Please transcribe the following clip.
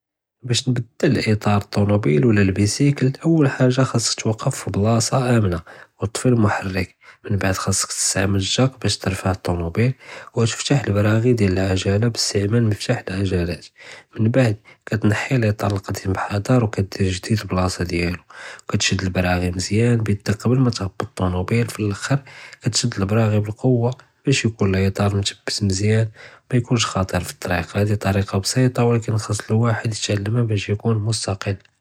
בַּאש נְבַדֵּל אִיטַאר אֶל-טוֹנוֹבִּיל לוּ בּיסִיקְל אוּל חַאגַ'ה חַס תּוּקֵף פְּבּלַאסָה אָמְנָה וְתְטַפִּי הַמְחַרֵּק, מִן בְּעְד חַסֶּק תִּסְתַעְמֵל הַגַ'אק בַּאש תָרְפַּע אֶל-טוֹנוֹבִּיל וְתִפְתַח אֶל-בְּרַאגִ' דְיַאל הַעַגְלָה בְּאִסְתְעְמַל מַפְתַּח הַעֲגָלַאת, מִן בְּעְד קַתְנַחִי אֶל-אִיטַאר אֶל-קַדִים בְּחֶזֶר וְקַתְדִיר אֶל-ג'דִיד פַּלְבּלַאסָה דְיַאלו וְקַתְשַד אֶל-בְּרַאגִ' מְזְיָאן בְּיְדֶק קַבְּל מַה תֶּהְבֵּט אֶל-טוֹנוֹבִּיל פַל-לְאַחַר קַתְשַד אֶל-בְּרַאגִ' בַּקוּוָה בַּאש יְכוֹן אֶל-אִיטַאר מֻתְבַּת מְזְיָאן מֵיִכוֹןְש חַטִּיר פַּטְ-טְרִיק הַדִּי טְרִיקָה בְּסִيطָה אֻלַאקִין חַסְלוּ וַחַד יִתְעַלֶּמְהַא בַּאש יְכוֹן מִסְתַקַּל.